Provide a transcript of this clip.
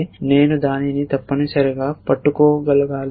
నేను దానిని తప్పనిసరిగా పట్టుకోగలగాలి